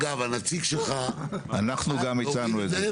אגב, הנציג שלך --- אנחנו גם הצענו את זה.